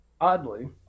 oddly